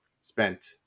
spent